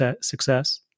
success